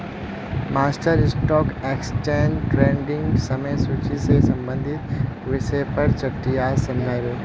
master stock exchange ट्रेडिंगक समय सूची से संबंधित विषय पर चट्टीयाक समझा बे